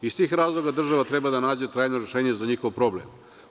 Iz tih razloga država treba da nađe trajno rešenje za njihov problem.